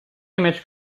image